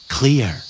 Clear